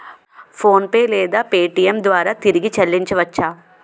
PhonePe లేదా Paytm ద్వారా తిరిగి చల్లించవచ్చ?